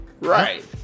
Right